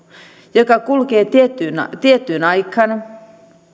joka kulkee tiettyyn tiettyyn aikaan